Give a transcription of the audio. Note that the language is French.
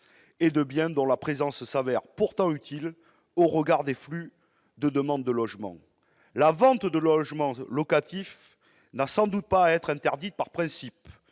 et de biens dont l'existence se révèle pourtant utile au regard des flux de demandes de logement. La vente de logements locatifs n'a sans doute pas à être interdite par principe.